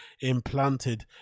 implanted